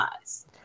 eyes